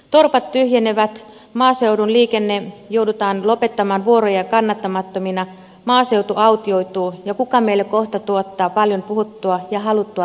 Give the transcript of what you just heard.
torpat tyhjenevät maaseudun liikenteessä joudutaan lopettamaan vuoroja kannattamattomina maaseutu autioituu ja kuka meille kohta tuottaa paljon puhuttua ja haluttua lähiruokaa